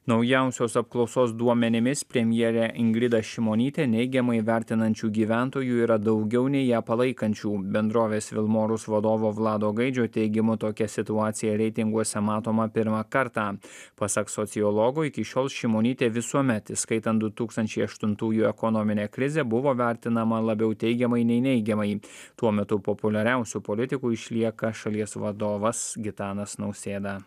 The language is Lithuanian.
naujausios apklausos duomenimis premjerę ingridą šimonytę neigiamai vertinančių gyventojų yra daugiau nei ją palaikančių bendrovės vilmorus vadovo vlado gaidžio teigimu tokia situacija reitinguose matoma pirmą kartą pasak sociologo iki šiol šimonytė visuomet įskaitant du tūkstančiai aštuntųjų ekonominę krizę buvo vertinama labiau teigiamai nei neigiamai tuo metu populiariausiu politiku išlieka šalies vadovas gitanas nausėda